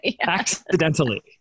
accidentally